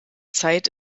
zeit